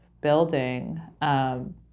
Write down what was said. building